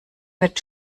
mit